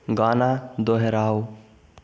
गाना दोहराओ